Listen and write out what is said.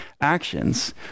actions